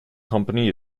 company